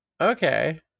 Okay